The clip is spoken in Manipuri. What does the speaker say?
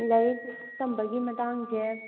ꯂꯥꯏꯔꯤꯛ ꯇꯝꯕꯒꯤ ꯃꯇꯥꯡꯁꯦ